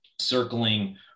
circling